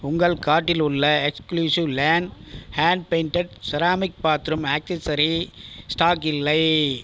உங்கள் கார்ட்டில் உள்ள exclusive lane hand painted ceramic bathroom accessory stock இல்லை